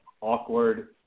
awkward